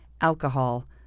alcohol